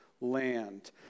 land